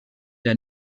der